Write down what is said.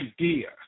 idea